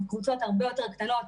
קבוצות הרבה יותר קטנות,